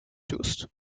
tust